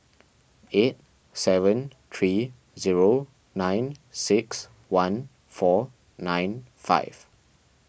eight seven three zero nine six one four nine five